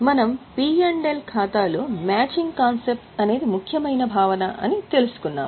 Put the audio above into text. మనం పి మరియు ఎల్ ఖాతాలో మ్యాచింగ్ కాన్సెప్ట్ అనేది ముఖ్యమైన భావన అని తెలుసుకున్నాము